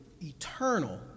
eternal